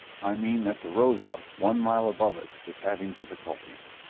i mean that the rosa, one mile above us, is having difficulties.